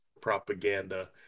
propaganda